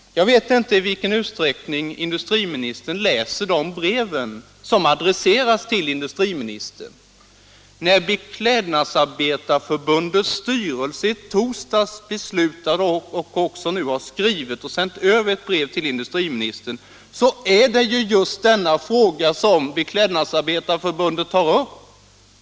Jag vet inte i vilken utsträckning industriministern läser de brev som adresseras till honom. När Beklädnadsarbetarnas förbunds styrelse i torsdags fattade beslut och sedan sände ett brev till industriministern var det ju just denna fråga som Beklädnadsarbetarnas förbund tog upp.